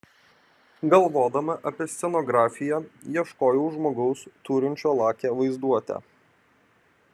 galvodama apie scenografiją ieškojau žmogaus turinčio lakią vaizduotę